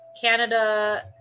canada